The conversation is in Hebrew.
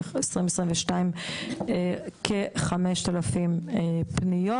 ב-2022 כ-5,000 פניות.